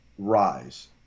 rise